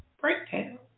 breakdown